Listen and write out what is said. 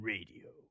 Radio